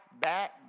back